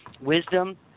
wisdom